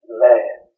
man